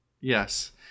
Yes